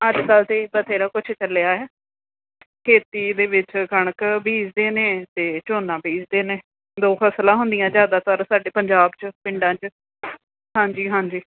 ਅੱਜ ਕੱਲ੍ਹ ਤਾਂ ਬਥੇਰਾ ਕੁਝ ਚੱਲਿਆ ਹੈ ਖੇਤੀ ਦੇ ਵਿੱਚ ਕਣਕ ਬੀਜਦੇ ਨੇ ਅਤੇ ਝੋਨਾ ਬੀਜਦੇ ਨੇ ਦੋ ਫਸਲਾਂ ਹੁੰਦੀਆਂ ਜ਼ਿਆਦਾਤਰ ਸਾਡੇ ਪੰਜਾਬ 'ਚ ਪਿੰਡਾਂ 'ਚ ਹਾਂਜੀ ਹਾਂਜੀ